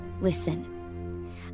listen